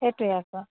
সেইটোৱে আকৌ